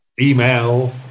email